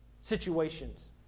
situations